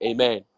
Amen